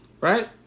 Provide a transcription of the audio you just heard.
right